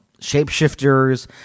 shapeshifters